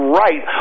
right